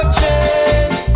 change